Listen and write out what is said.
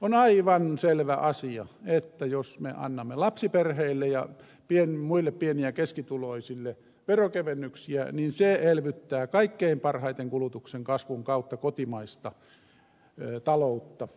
on aivan selvä asia että jos me annamme lapsiperheille ja muille pieni ja keskituloisille veronkevennyksiä niin se elvyttää kaikkein parhaiten kulutuksen kasvun kautta kotimaista taloutta